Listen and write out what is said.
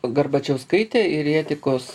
garbačiauskaitę ir į etikos